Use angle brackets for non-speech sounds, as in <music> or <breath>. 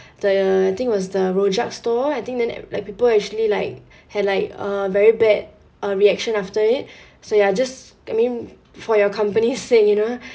the I think was the rojak store I think then like people actually like had like uh very bad uh reaction after it <breath> so ya just I mean for your company's sake you know <breath>